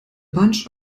bunch